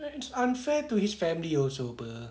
like it's unfair to his family also [pe]